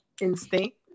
instinct